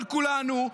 על כולנו,